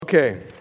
Okay